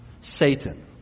Satan